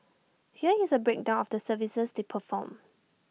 here is A breakdown of the services they perform